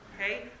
okay